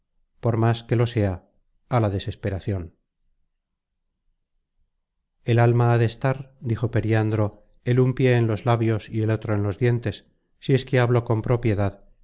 por más que lo sea á la desesperacion el alma ha de estar dijo periandro el un pié en los content from google book search generated at labios y el otro en los dientes si es que hablo con propiedad